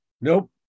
Nope